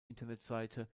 internetseite